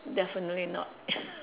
definitely not